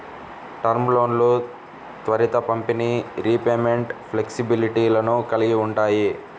term లోన్లు త్వరిత పంపిణీ, రీపేమెంట్ ఫ్లెక్సిబిలిటీలను కలిగి ఉంటాయి